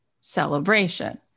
celebration